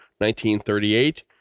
1938